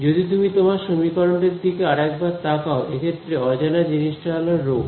যদি তুমি তোমার সমীকরণটির দিকে আর একবার তাকাও এক্ষেত্রে অজানা জিনিসটা হল ρ